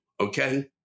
Okay